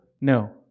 No